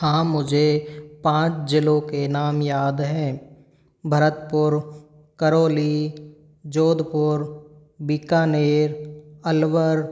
हाँ मुझे पाँच जिलों के नाम याद हैं भरतपुर करोली जोधपुर बिकानेर अलवर